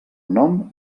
nom